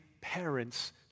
parents